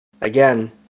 again